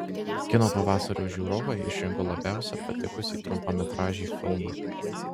kino pavasario žiūrovai išrinko labiausiai patikusį trumpametražį filmą